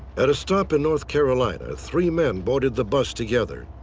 at a stop in north carolina, three men boarded the bus together.